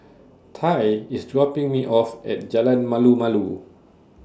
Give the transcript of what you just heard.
Tye IS dropping Me off At Jalan Malu Malu